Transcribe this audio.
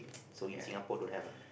so in Singapore don't have ah